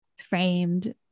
framed